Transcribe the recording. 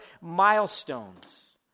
milestones